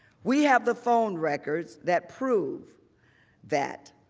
we have the phone record that proves that.